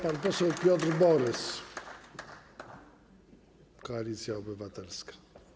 Pan poseł Piotr Borys, Koalicja Obywatelska.